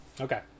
Okay